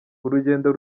urugendo